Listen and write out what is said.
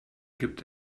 gibt